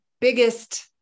biggest